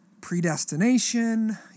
predestination